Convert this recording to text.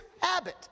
habit